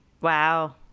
Wow